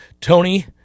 Tony